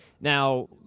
Now